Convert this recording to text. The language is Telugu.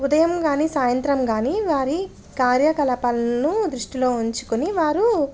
ఉదయం కానీ సాయంత్రం కానీ వారి కార్యకలాపాలను దృష్టిలో ఉంచుకుని వారు